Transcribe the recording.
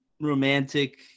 romantic